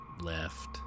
Left